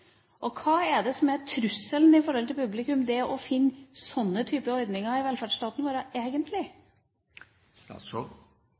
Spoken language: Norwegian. arbeid? Hva er det egentlig som er trusselen for publikum ved å finne slike typer ordninger i velferdsstaten